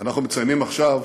אנחנו מציינים עכשיו,